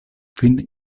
kvin